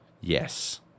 Yes